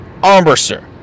Armbruster